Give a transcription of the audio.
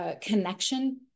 connection